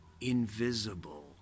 invisible